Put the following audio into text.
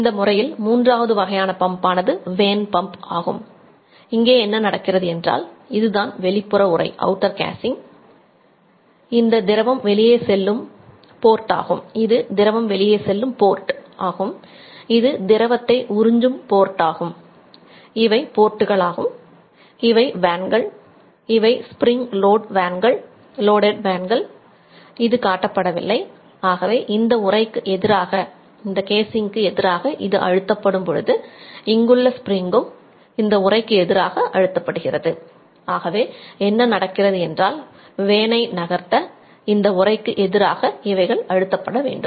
இந்த முறையில் மூன்றாவது வகையான பம்ப் ஆனது வேன் பம்ப் இவைகள் அழுத்தப்படவேண்டும்